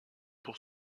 pour